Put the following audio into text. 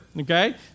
Okay